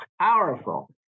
powerful